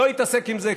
לא יתעסק עם זה,